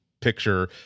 picture